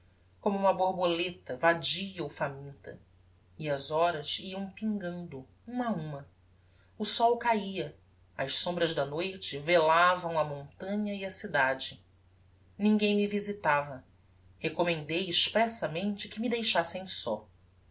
como uma borboleta vadia ou faminta e as horas iam pingando uma a uma o sol cahia as sombras da noite velavam a montanha e a cidade ninguem me visitava recommendei expressamente que me deixassem só